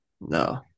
No